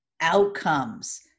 outcomes